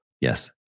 Yes